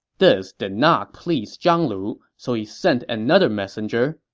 this did not please zhang lu, so he sent another messenger,